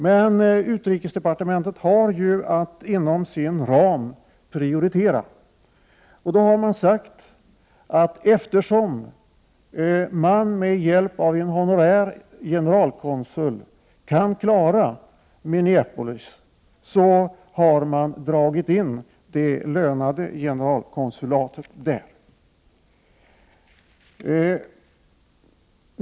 Men utrikesdepartementet har att inom sin ram prioritera, och då har man sagt att eftersom man kan klara Minneapolis med hjälp av en honorär generalkonsul vill man dra in det lönade generalkonsulatet där.